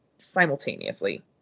simultaneously